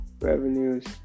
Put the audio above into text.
revenues